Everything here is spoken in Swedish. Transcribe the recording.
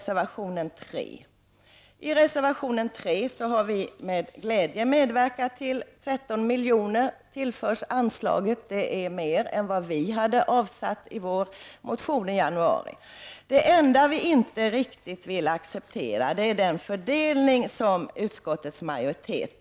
Beträffande reservation nr 3 har vi med glädje medverkat till att 13 milj.kr. tillförs anslaget. Det är mer än vad vi hade föreslagit i vår motion från januari. Det enda vi inte riktigt kan acceptera är den fördelning som utskottets majoritet har gjort.